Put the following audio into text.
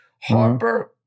Harper